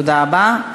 תודה רבה.